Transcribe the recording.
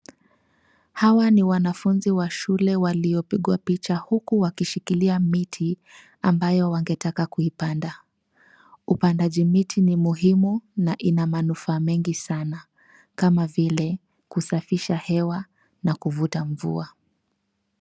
Hawa ni wanafunzi wa shule waliopigwa picha huku wakishikilia miti ambayo wangetaka kuipanda. Upandaji miti ni muhimu na ina manufaa mengi sana, kama vile kusafisha hewa na kuvuta mvua.